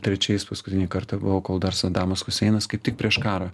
trečiais paskutinį kartą buvau kol dar sadamas huseinas kaip tik prieš karą